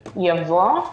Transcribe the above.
יבוא: